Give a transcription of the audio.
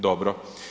Dobro.